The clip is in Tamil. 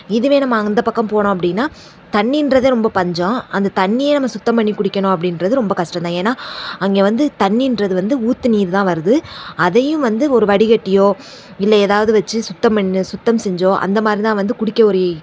இதுவே நம்ம அங் அந்த பக்கம் போனோம் அப்படின்னா தண்ணின்றதே ரொம்ப பஞ்சம் அந்த தண்ணியே நம்ம சுத்தம் பண்ணி குடிக்கணும் அப்படின்றது ரொம்ப கஸ்டம் தான் ஏன்னா அங்கே வந்து தண்ணின்றது வந்து ஊற்று நீர் தான் வருது அதையும் வந்து ஒரு வடிகட்டியோ இல்லை எதாவது வெச்சு சுத்தம் பண்ணு சுத்தம் செஞ்சோ அந்த மாதிரி தான் வந்து குடிக்க ஒரு